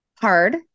hard